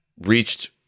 reached